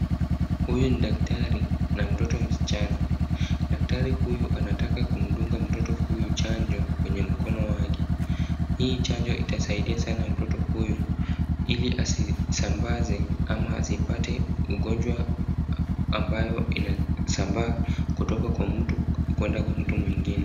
Huyu ni daktari na mtoto msichana. Daktari huyu anataka kumdunga mtoto huyu chanjo kwenye mkono wake. Hii chanjo itasaidia sana mtoto huyu, ili asisambaze ama asipate ugonjwa ambayo inasambaa kutoka kwa mtu kwenda kwa mtu mwingine.